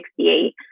1968